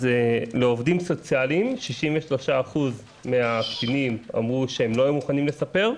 אז לעובדים סוציאליים 63% מהקטינים אמרו שהם לא היו מוכנים לספר,